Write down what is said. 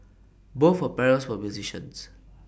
both her parents were musicians